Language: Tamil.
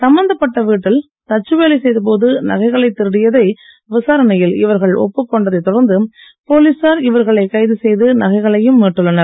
சம்பந்தப்பட்ட வீட்டில் தச்சுவேலை செய்த போது நகைகளைத் திருடியதை விசாரணையில் இவர்கள் ஒப்புக் கொண்டதைத் தொடர்ந்து போலீசார் இவர்களை கைது செய்து நகைகளையும் மீட்டுள்ளனர்